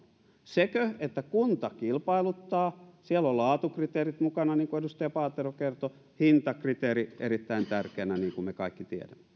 sekö että kunta kilpailuttaa siellä on laatukriteerit mukana niin kuin edustaja paatero kertoi hintakriteeri erittäin tärkeänä niin kuin me kaikki tiedämme